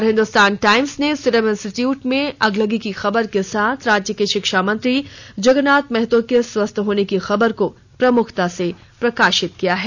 और हिंदुस्तान टाईम्स ने Serum Institute में आगलगी की खबर के साथ राज्य के शिक्षा मंत्री जगन्नाथ महतो के स्वस्थ होने की खबर को प्रमुखता से प्रकाशित किया है